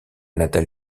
natale